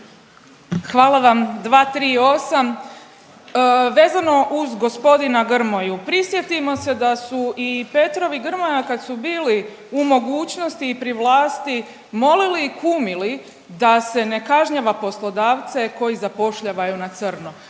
Hvala vam. 238., vezano uz gospodina Grmoju prisjetimo se da su i Petrov i Grmoja kad su bili u mogućnosti i pri vlasti molili i kumili da se ne kažnjava poslodavce koji zapošljavaju na crno.